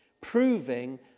proving